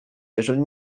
jeżeli